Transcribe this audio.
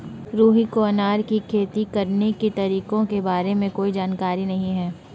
रुहि को अनार की खेती करने के तरीकों के बारे में कोई जानकारी नहीं है